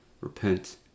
repent